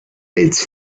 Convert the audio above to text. its